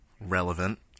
relevant